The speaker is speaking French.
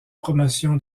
promotion